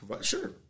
Sure